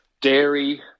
dairy